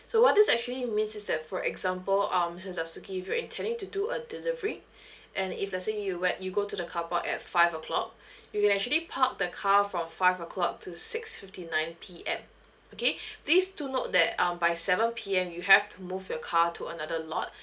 so what this actually means is that for example um mister dasuki if you're intending to do a delivery and if let's say you you went you go to the car park at five o'clock you can actually park the car from five o'clock to six fifty ninety P_M okay please do note that um by seven P_M you have to move your car to another lot